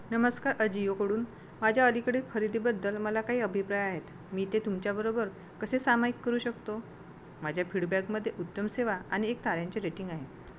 नमस्कार अजिओकडून माझ्या अलीकडील खरेदीबद्दल मला काही अभिप्राय आहेत मी ते तुमच्याबरोबर कसे सामायिक करू शकतो माझ्या फीडबॅकमध्ये उत्तम सेवा आणि एक ताऱ्यांचे रेटिंग आहे